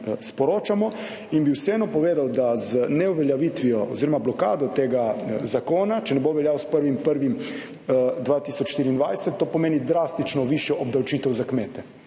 sporočamo. In bi vseeno povedal, da z ne uveljavitvijo oziroma blokado tega zakona, če ne bo veljal s 1. 1. 2024 to pomeni drastično višjo obdavčitev za kmete.